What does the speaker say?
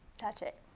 that's it.